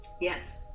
Yes